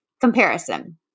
comparison